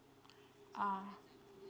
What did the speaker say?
ah